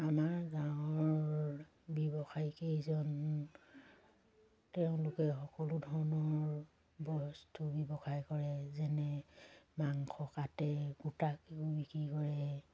আমাৰ গাঁৱৰ ব্যৱসায়ীকেইজন তেওঁলোকে সকলো ধৰণৰ বস্তু ব্যৱসায় কৰে যেনে মাংস কাটে গোটাকেও বিক্ৰী কৰে